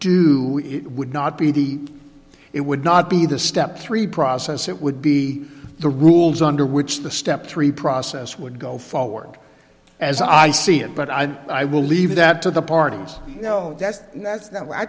do it would not be the it would not be the step three process it would be the rules under which the step three process would go forward as i see it but i think i will leave that to the parties you know that's that's that what i